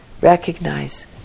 Recognize